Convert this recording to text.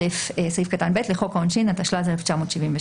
340א(ב) או 428 לחוק העונשין, התשל"ז-1977".